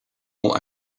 all